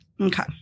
Okay